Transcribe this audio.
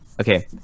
Okay